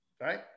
Right